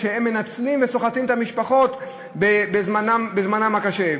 שהם מנצלים וסוחטים את המשפחות בזמנן הקשה,